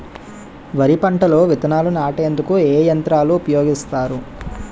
వరి పంటలో విత్తనాలు నాటేందుకు ఏ యంత్రాలు ఉపయోగిస్తారు?